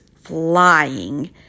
flying